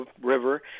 River